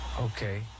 okay